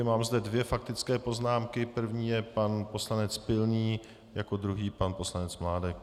Mám zde dvě faktické poznámky první je pan poslanec Pilný, jako druhý pan poslanec Mládek.